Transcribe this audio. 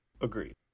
Agreed